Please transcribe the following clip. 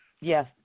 yes